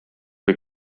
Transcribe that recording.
või